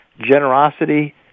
generosity